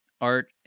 art